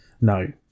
No